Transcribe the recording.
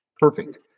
perfect